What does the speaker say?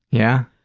yeah?